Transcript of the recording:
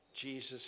Jesus